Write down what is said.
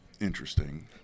interesting